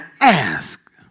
ask